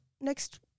next